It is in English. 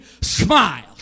smile